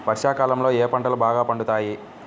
వర్షాకాలంలో ఏ పంటలు బాగా పండుతాయి?